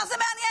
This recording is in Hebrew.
מה זה מעניין?